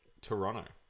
Toronto